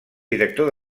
director